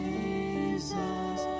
Jesus